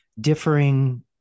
differing